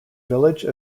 village